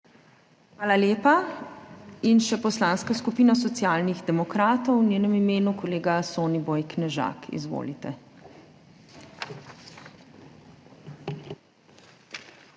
Hvala lepa. In še Poslanska skupina Socialnih demokratov, v njenem imenu kolega Soniboj Knežak. Izvolite.